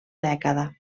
dècada